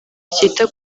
ryita